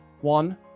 one